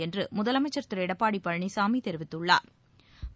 என்றுமுதலமைச்சர் திருளடப்பாடிபழனிசாமிதெரிவித்துள்ளாா்